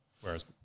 whereas